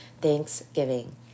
THANKSGIVING